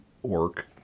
work